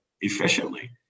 efficiently